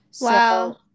Wow